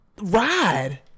ride